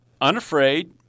unafraid